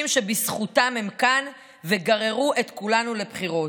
שבזכותם הם כאן וגררו את כולנו לבחירות.